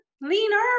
leaner